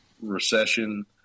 recession